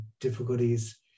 difficulties